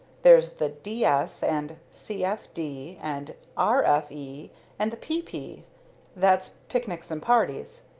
there's the d. s and c. f. d and r. f. e and the p. p that's picnics and parties.